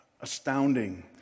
astounding